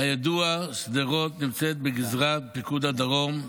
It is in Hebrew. כידוע, שדרות נמצאת בגזרת פיקוד הדרום,